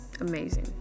Amazing